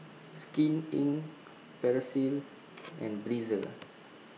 Skin Inc and Breezer